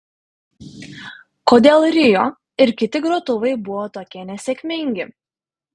kodėl rio ir kiti grotuvai buvo tokie nesėkmingi